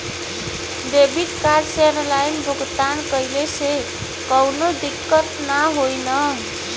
Debit card से online भुगतान कइले से काउनो दिक्कत ना होई न?